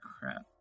crap